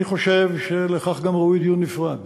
אני חושב שגם לכך ראוי דיון נפרד.